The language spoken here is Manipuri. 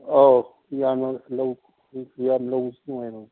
ꯑꯧ ꯌꯥꯝꯅ ꯌꯥꯝ ꯂꯧꯕꯁꯨ ꯅꯨꯡꯉꯥꯏꯔꯣꯏ